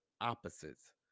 opposites